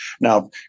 Now